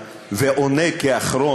אני אשמח מאוד להגיע לחדרך